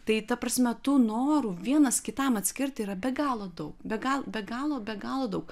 tai ta prasme tų norų vienas kitam atskirti yra be galo daug be galo be galo be galo daug